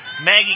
Maggie